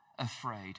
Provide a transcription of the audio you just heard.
afraid